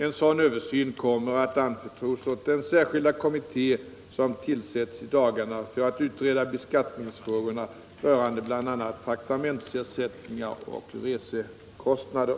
En sådan översyn kommer att anförtros åt den särskilda kommitté som tillsätts i dagarna för att utreda beskattningsfrågorna rörande bl.a. traktamentsersättningar och resekostnader.